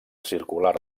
circular